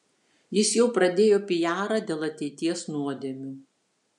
jis jau pradėjo pijarą dėl ateities nuodėmių